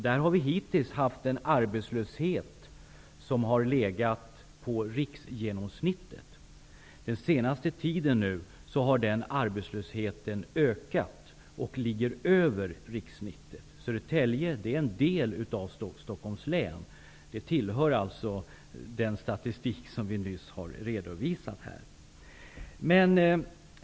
Där har vi hittills haft en arbetslöshet som har legat på riksgenomsnittet. Den senaste tiden har arbetslösheten där ökat och ligger nu över riksgenomsnittet. Södertälje är en del av Stockholms län och ingår alltså den statistik som nyss har redovisats här.